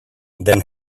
then